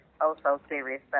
oh-so-serious